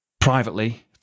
privately